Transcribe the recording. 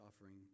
offering